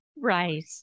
Right